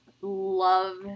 love